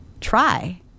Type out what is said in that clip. Try